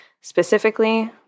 Specifically